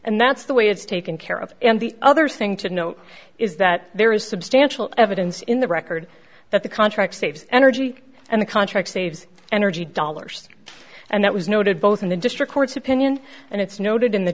and that's the way it's taken care of and the other thing to note is that there is substantial evidence in the record that the contract saves energy and the contract saves energy dollars and that was noted both in the district court's opinion and it's noted in the